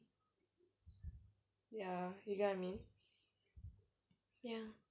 ya you get what I mean